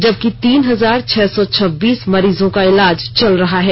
जबकि तीन हजार छह सौ छब्बीस मरीजों का इलाज चल रहा है